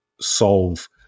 solve